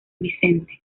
vicente